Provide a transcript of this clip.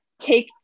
take